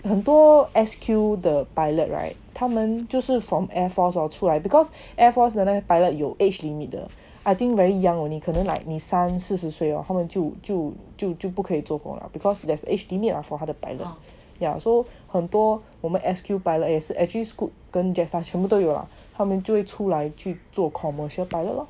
很多 S_Q 的 pilot right 他们就是 from air force hor 出来 because air force 的那个 pilot 有 age limit 的 I think very young only 可能 like 你三四十岁 hor 后面就就就就不可以做工 lah because there's age limit what for pilot yeah so 很多我们 S_Q pilot is actually Scoot 跟 Jetstar 全部都有 liao 他们就会出来去做 commercial pilot lor